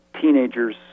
teenagers